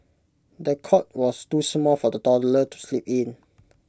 the cot was too small for the toddler to sleep in